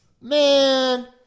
man